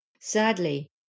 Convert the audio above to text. Sadly